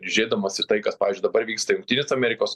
žiūrėdamas į tai kas pavyzdžiui dabar vyksta jungtinės amerikos